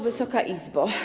Wysoka Izbo!